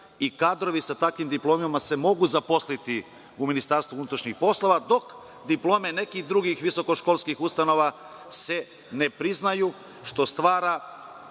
i kadrovi sa takvim diplomama se mogu zaposliti u Ministarstvu unutrašnjih poslova, dok diplome nekih drugih visokoškolskih ustanova se ne priznaju, što stvara